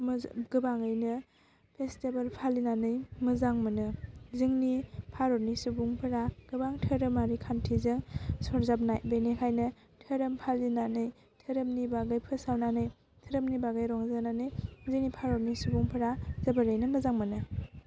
गोबाङैनो फेस्टिबेल फालिनानै मोजां मोनो जोंनि भारतनि सुबुंफोरा गोबां धोरोमारि खान्थिजों सरजाबनाय बेनिखायनो धोरोम फालिनानै धोरोमनि बागै फोसावनानै धोरोमनि बागै रंजानानै जोंनि भारतनि सुबुंफ्रा जोबोरैनो मोजां मोनो